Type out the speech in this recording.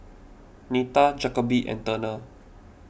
Nita Jacoby and Turner